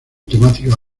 temática